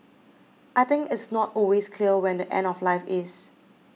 I think it's not always clear when the end of life is